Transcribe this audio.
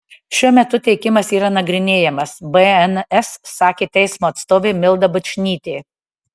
šiuo metu teikimas yra nagrinėjamas bns sakė teismo atstovė milda bučnytė